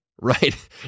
right